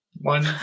One